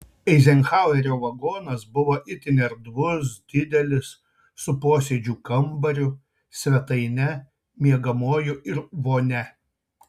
eizenhauerio vagonas buvo itin erdvus didelis su posėdžių kambariu svetaine miegamuoju ir vonia